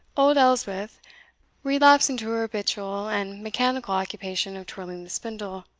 old elspeth relapsed into her habitual and mechanical occupation of twirling the spindle.